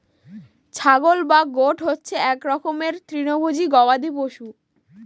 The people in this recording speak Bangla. ছাগল বা গোট হচ্ছে এক রকমের তৃণভোজী গবাদি পশু